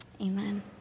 amen